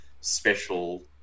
special